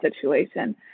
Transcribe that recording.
situation